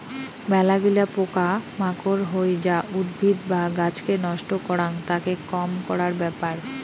মেলাগিলা পোকা মাকড় হই যা উদ্ভিদ বা গাছকে নষ্ট করাং, তাকে কম করার ব্যাপার